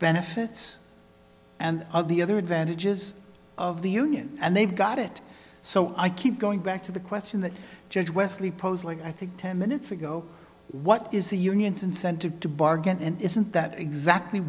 benefits and of the other advantages of the union and they've got it so i keep going back to the question that judge westley pose like i think ten minutes ago what is the union's incentive to bargain and isn't that exactly